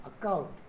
account